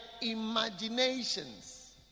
imaginations